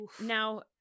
Now